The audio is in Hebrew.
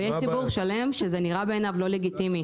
ויש ציבור שלם שזה נראה בעיניו לא לגיטימי.